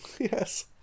Yes